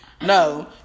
no